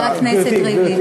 חבר הכנסת ריבלין.